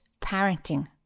parenting